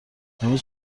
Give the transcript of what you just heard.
امروز